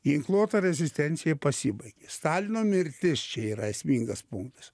ginkluota rezistencija pasibaigė stalino mirtis čia yra esmingas punktas